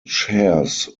shares